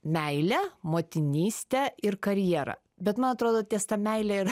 meilę motinystę ir karjerą bet man atrodo ties ta meile ir